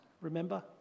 remember